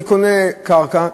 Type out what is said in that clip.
אני קונה קרקע,